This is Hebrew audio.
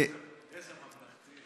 איזה ממלכתי.